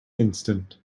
instant